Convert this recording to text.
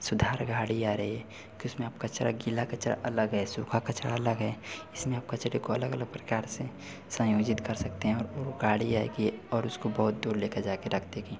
सुधार गाड़ी आ रही है जिसमें आप कचरा गीला कचरा अलग है सूखा कचरा अलग है इसमें आप कचरे को अलग अलग प्रकार से संयोजित कर सकते हैं और उनकी गाड़ी आएगी और उसको बहुत दूर ले के जाएगी रख देगी